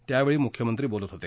त्यावेळी मुख्यमंत्री बोलत होते